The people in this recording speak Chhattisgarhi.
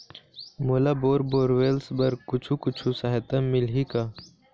मोला बोर बोरवेल्स बर कुछू कछु सहायता मिलही का?